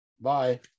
Bye